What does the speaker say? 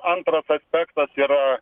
antras aspektas yra